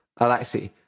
Alexi